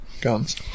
guns